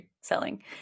selling